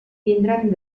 tindran